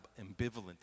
ambivalent